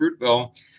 fruitville